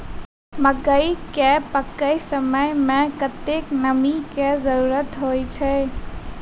मकई केँ पकै समय मे कतेक नमी केँ जरूरत होइ छै?